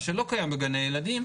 מה שלא קיים בגני ילדים.